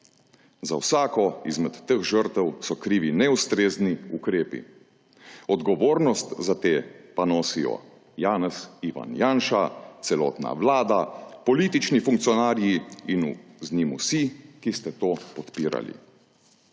Za vsako izmed teh žrtev so krivi neustrezni ukrepi. Odgovornost za te pa nosijo Janez (Ivan) Janša, celotna vlada, politični funkcionarji in z njim vsi, ki ste to podpirali.